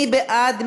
מי בעד?